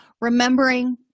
Remembering